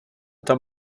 tam